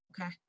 Okay